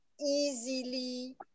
easily